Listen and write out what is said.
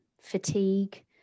fatigue